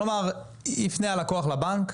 כלומר יפנה הלקוח לבנק,